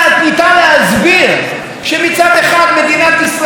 ישראל היא כל כך חזקה וכל כך חסונה,